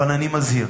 אבל אני מזהיר: